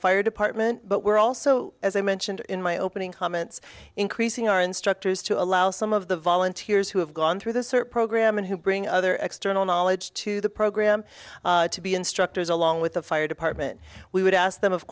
fire department but we're also as i mentioned in my opening comments increasing our instructors to allow some of the volunteers who have gone through this sort of program and who bring other external knowledge to the program to be instructors along with the fire department we would ask them of